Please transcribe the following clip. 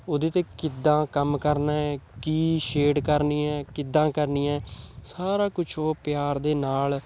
ਉਹਦੇ 'ਤੇ ਕਿੱਦਾਂ ਕੰਮ ਕਰਨਾ ਹੈ ਕੀ ਸ਼ੇਡ ਕਰਨੀ ਹੈ ਕਿੱਦਾਂ ਕਰਨੀ ਹੈ ਸਾਰਾ ਕੁਛ ਉਹ ਪਿਆਰ ਦੇ ਨਾਲ